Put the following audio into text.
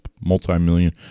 multi-million